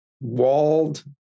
walled